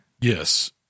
Yes